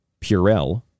Purell